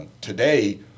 today